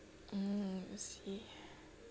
mm I see